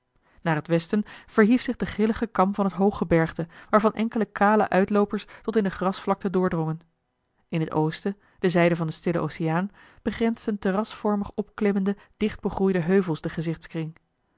naar t westen verhief zich de grillige kam van het hooggebergte waarvan enkele kale uitloopers tot in de grasvlakte doordrongen in het oosten de zijde van den stillen oceaan begrensden terrasvormig opklimmende dichtbegroeide heuvels den gezichtskring